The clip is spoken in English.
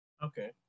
Okay